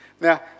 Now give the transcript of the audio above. Now